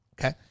Okay